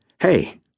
hey